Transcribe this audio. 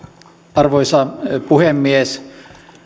arvoisa puhemies